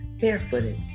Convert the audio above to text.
barefooted